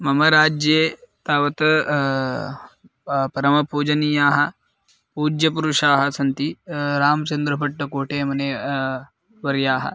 मम राज्ये तावत् परमपूजनीयाः पूज्यपुरुषाः सन्ति रामचन्द्रभट्टकोटेमने वर्याः